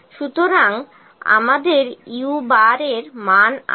সুতরাং আমাদের u এর মান আছে